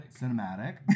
Cinematic